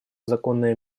законное